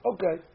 Okay